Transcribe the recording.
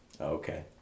Okay